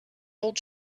old